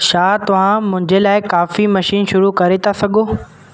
छा तव्हां मुंहिंजे लाइ काफ़ी मशीन शुरू करे था सघो